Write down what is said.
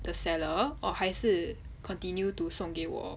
the seller or 还是 continue to 送给我